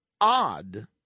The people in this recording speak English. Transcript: odd